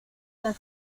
las